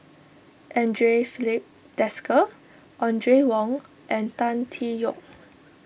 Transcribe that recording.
andre Filipe Desker Audrey Wong and Tan Tee Yoke